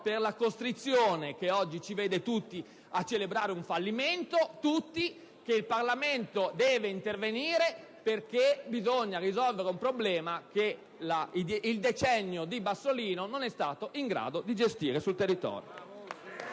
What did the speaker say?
per la costrizione, che oggi ci vede tutti a celebrare un fallimento, che impone al Parlamento di intervenire perché bisogna risolvere un problema che il decennio di Bassolino non è stato in grado di gestire sul territorio.